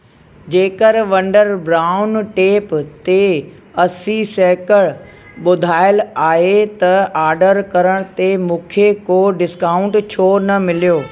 जेकर wonder brown tape ते असी सेकड़़ ॿुधायल आहे त आर्डर करण ते मूंखे को डिस्काउंट छो न मिलियो